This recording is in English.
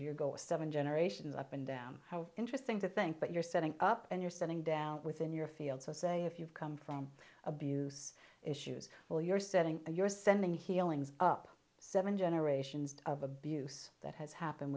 your goal is seven generations up and down how interesting to think that you're setting up and you're sitting down within your field so say if you've come from abuse issues or you're setting you're sending healing up seven generations of abuse that has happened